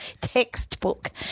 Textbook